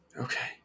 Okay